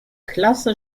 klasse